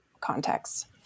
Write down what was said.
context